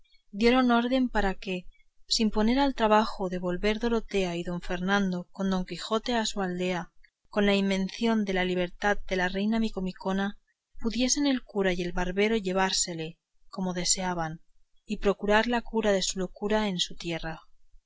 dieron orden para que sin ponerse al trabajo de volver dorotea y don fernando con don quijote a su aldea con la invención de la libertad de la reina micomicona pudiesen el cura y el barbero llevársele como deseaban y procurar la cura de su locura en su tierra